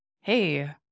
hey